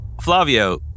Flavio